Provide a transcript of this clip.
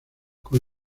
con